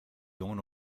jongen